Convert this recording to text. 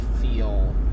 feel